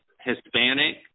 Hispanic